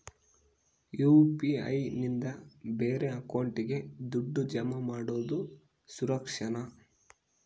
UPI ನಿಂದ ಬೇರೆ ಅಕೌಂಟಿಗೆ ದುಡ್ಡು ಜಮಾ ಮಾಡೋದು ಸುರಕ್ಷಾನಾ?